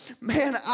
man